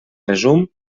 resum